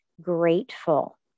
grateful